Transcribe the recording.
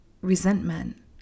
resentment